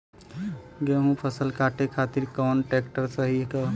गेहूँक फसल कांटे खातिर कौन ट्रैक्टर सही ह?